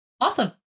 Awesome